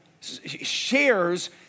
shares